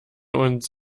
uns